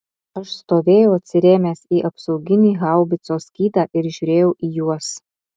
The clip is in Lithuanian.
aš stovėjau atsirėmęs į apsauginį haubicos skydą ir žiūrėjau į juos